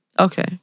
Okay